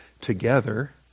together